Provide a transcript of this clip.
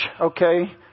okay